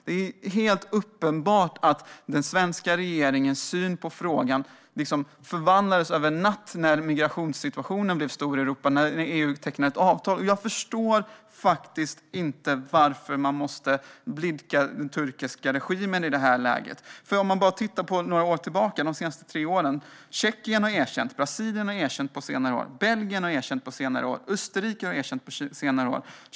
Det är uppenbart att den svenska regeringens syn på frågan förvandlades över en natt när migrationssituationen förvärrades i Europa och EU behövde teckna ett avtal. Jag förstår inte varför man måste blidka den turkiska regimen i det här läget. De senaste tre åren har Tjeckien erkänt folkmordet. Brasilien, Belgien och Österrike har erkänt på senare år.